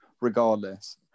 regardless